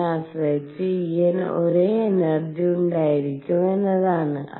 എന്നതിനെ ആശ്രയിച്ച് En ഒരേ എനർജി ഉണ്ടായിരിക്കും എന്നതാണ്